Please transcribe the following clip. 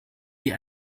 die